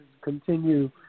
continue